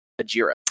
Ajira